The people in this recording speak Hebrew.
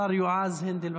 השר יועז הנדל.